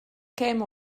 käme